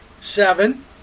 seven